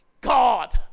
God